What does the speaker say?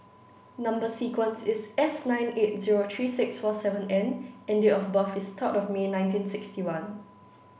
number sequence is S nine eight zero three six four seven N and date of birth is third of May nineteen sixty one